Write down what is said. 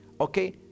okay